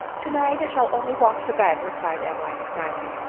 to night i shall only walk to bed, replied adeline smiling,